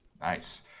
Nice